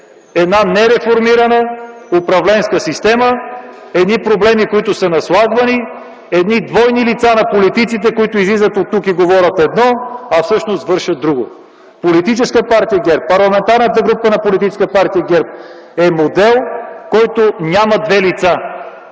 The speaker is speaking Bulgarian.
една нереформирана управленска система, едни проблеми, които са наслагвани, едни двойни лица на политиците, които излизат оттук и говорят едно, а всъщност вършат друго. Политическа партия ГЕРБ, Парламентарната група на Политическа партия ГЕРБ е модел, който няма две лица.